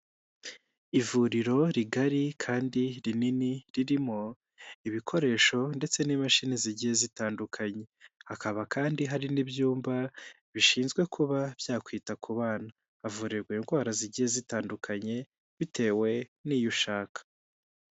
Ivuriro rigari kandi rinini, ririmo ibikoresho ndetse n'imashini zigiye zitandukanye. Hakaba kandi hari n'ibyumba bishinzwe kuba byakwita ku bana. Havurirwa indwara zigiye zitandukanye bitewe n'iyo ushaka.